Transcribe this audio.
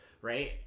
right